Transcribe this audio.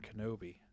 Kenobi